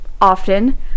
often